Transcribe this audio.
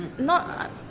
not,